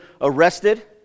arrested